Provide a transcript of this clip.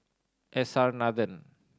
S R Nathan